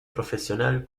profesional